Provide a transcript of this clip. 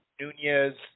Nunez